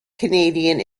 canadian